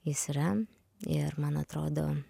jis yra ir man atrodo